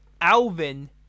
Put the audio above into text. Alvin